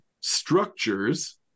structures